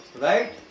right